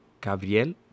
Gabriel